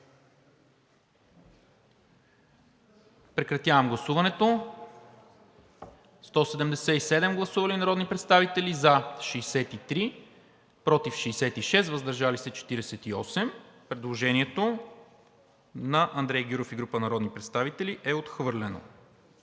за промяна в чл. 8, ал. 7. Гласували 177 народни представители: за 63, против 66, въздържали се 48. Предложението на Андрей Гюров и група народни представители е отхвърлено.